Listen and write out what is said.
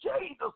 Jesus